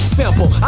simple